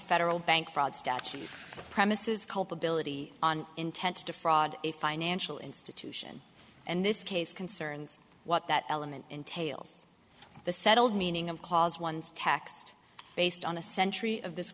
federal bank fraud statutes premises culpability on intent to defraud a financial institution and this case concerns what that element entails the settled meaning of cause one's text based on a century of this